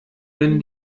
wenn